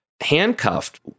handcuffed